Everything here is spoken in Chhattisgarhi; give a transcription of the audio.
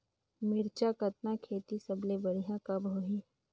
मिरचा कतना खेती सबले बढ़िया कब होही?